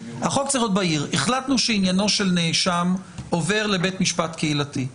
החלטנו שעניינו של נאשם עובר לבית משפט קהילתי.